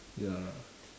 ya